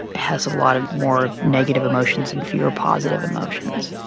has a lot more negative emotions and fewer positive emotions.